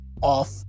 off